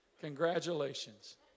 Congratulations